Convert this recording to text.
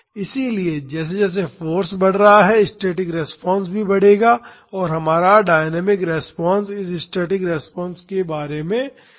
इसलिए जैसे जैसे फाॅर्स बढ़ रहा है स्टैटिक रिस्पांस भी बढ़ेगा और हमारा डायनामिक रिस्पांस इस स्टैटिक रिस्पांस के के बारे में एक दोलन होगी